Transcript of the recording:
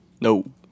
No